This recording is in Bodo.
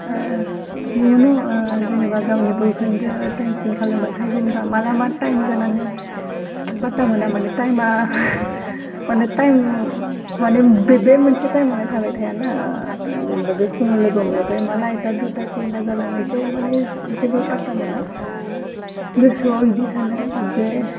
जेनेबा गावनि बयफ्रेनजों टाइम स्पेन्द खालामबाथाय जेनेबा माला मा टाइम जालाङो पाट्टा मोना माने टाइमआ माने टाइम माने बे बे मोनसे टाइमआनो थाबाय थायाना जेनेबा बे फुङाव लोगो हमलायबा माला एकथा दुइथा जालाङो जेखौ माने जेबो पाट्टा मोना गोसोआव बिदि सानो जे